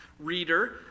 reader